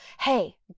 Hey